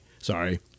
sorry